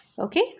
Okay